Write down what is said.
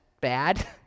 bad